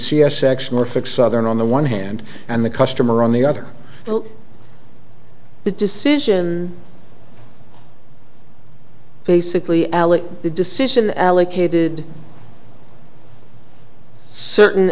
ex norfolk southern on the one hand and the customer on the other the decision basically alec the decision allocated certain